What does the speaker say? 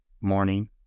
morning